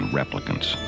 replicants